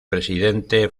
presidente